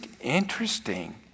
interesting